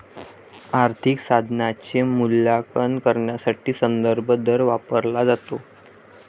आर्थिक साधनाचे मूल्यांकन करण्यासाठी संदर्भ दर वापरला जातो